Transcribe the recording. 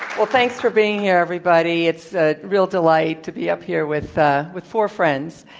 well, thanks for being here, everybody. it's a real delight to be up here with ah with four friends.